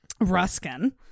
Ruskin